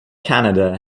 canada